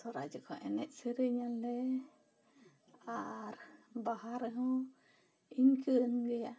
ᱛᱷᱚᱲᱟ ᱡᱚᱠᱷᱟᱜ ᱮᱱᱮᱡ ᱥᱮᱨᱮᱧ ᱟᱞᱮ ᱟᱨ ᱵᱟᱦᱟ ᱨᱮᱦᱚᱸ ᱤᱱᱠᱟᱹᱱ ᱜᱮᱭᱟ